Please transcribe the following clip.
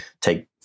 take